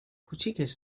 کوچیکش